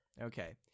Okay